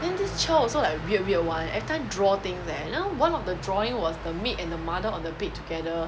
then this child also like weird weird [one] every time draw things eh then one of the drawing was the maid and the mother on the bed together